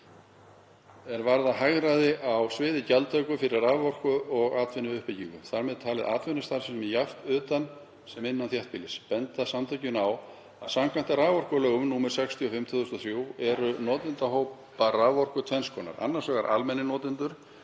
hvata er varða hagræði á sviði gjaldtöku fyrir raforku og atvinnuuppbyggingu, þar með talin atvinnustarfsemi jafnt utan sem innan þéttbýlis. Benda samtökin á að samkvæmt raforkulögum, nr. 65/2003, eru notendahópar raforku tvenns konar. Annars vegar almennir notendur,